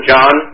John